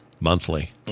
monthly